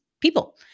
people